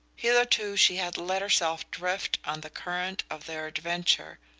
hitherto she had let herself drift on the current of their adventure,